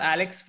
Alex